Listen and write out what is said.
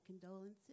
condolences